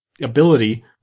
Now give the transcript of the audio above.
ability